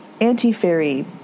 anti-fairy